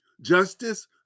Justice